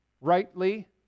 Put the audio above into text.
Rightly